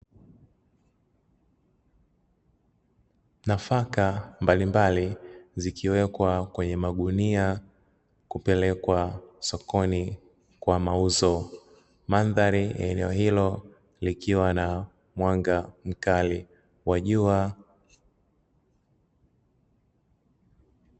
Nafaka mbalimbali zikiwekwa kwenye magunia kupelekwa sokoni kwa mauzo, mandhari ya eneo hilo likiwa na mwanga mkali wa jua.